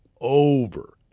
over